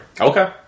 Okay